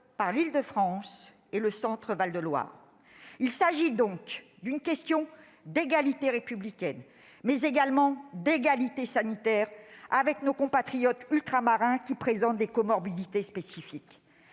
par l'Île-de-France et le Centre-Val de Loire. Il s'agit donc d'une question d'égalité républicaine, mais également d'égalité sanitaire avec nos compatriotes ultramarins qui présentent des comorbidités spécifiques.